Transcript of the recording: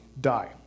die